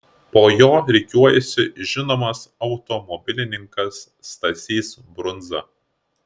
po jo rikiuojasi žinomas automobilininkas stasys brundza